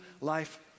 life